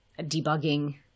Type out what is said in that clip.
debugging